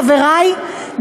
חברי,